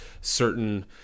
certain